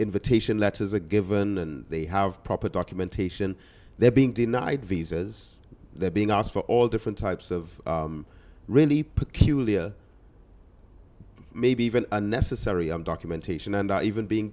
invitation letters a given and they have proper documentation they are being denied visas they're being asked for all different types of really peculiar maybe even unnecessary and documentation and are even being